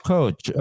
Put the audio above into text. Coach